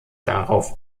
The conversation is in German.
darauf